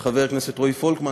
של חבר הכנסת רועי פולקמן,